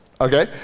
okay